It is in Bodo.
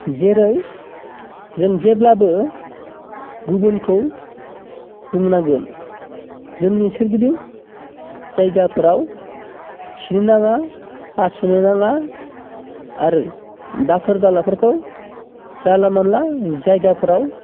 जेरै जों जेब्लाबो गुबुनखौ बुंनांगोन जोंनि सोरगिदिं जायगाफोराव खिनो नाङा हासुनो नाङा आरो दाखोर दालाफोरखौ जानला मानला जायगाफोराव